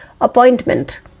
appointment